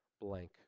blank